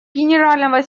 генерального